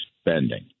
spending